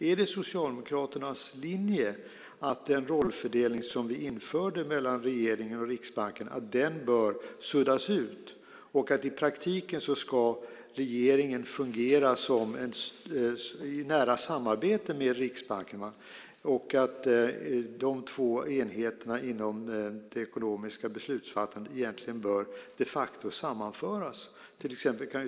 Är det Socialdemokraternas linje att den rollfördelning som vi införde mellan regeringen och Riksbanken bör suddas ut och att regeringen i praktiken ska fungera i nära samarbete med Riksbanken och att de två enheterna inom det ekonomiska beslutsfattandet de facto bör sammanföras?